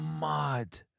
mad